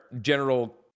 general